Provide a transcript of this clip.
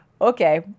Okay